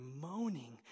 moaning